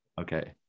okay